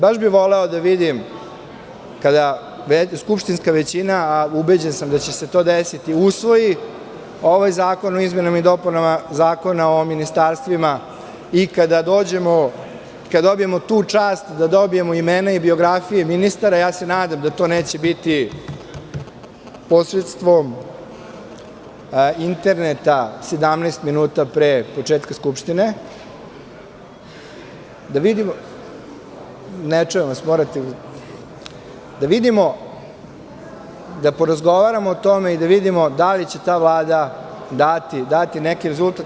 Baš bih voleo da vidim, kada skupštinska većina, a ubeđen sam da će se to desiti, usvoji ovaj zakon o izmenama i dopunama Zakona o ministarstvima i kada dobijemo tu čast da dobijemo imena i biografije ministara, ja se nadam da to neće biti posredstvom interneta 17 minuta pre početka Skupštine, da porazgovaramo o tome i da vidimo da li će ta Vlada dati neki rezultat?